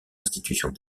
institutions